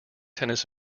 tennis